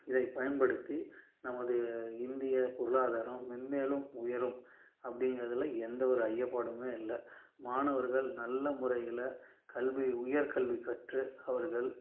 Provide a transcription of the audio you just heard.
இதை பயன்படுத்தி நமது இந்திய பொருளாதாரம் மேன்மேலும் உயரும் அப்படிங்கிறதுல எந்த ஒரு ஐயப்பாடும் இல்லை மாணவர்கள் நல்ல முறையில் கல்வி உயர் கல்வி கற்று அவர்கள்